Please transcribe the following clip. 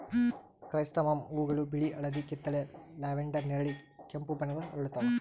chrysanthemum ಹೂವುಗಳು ಬಿಳಿ ಹಳದಿ ಕಿತ್ತಳೆ ಲ್ಯಾವೆಂಡರ್ ನೇರಳೆ ಕೆಂಪು ಬಣ್ಣಗಳ ಅರಳುತ್ತವ